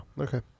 Okay